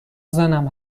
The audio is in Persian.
زنم